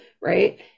right